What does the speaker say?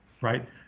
right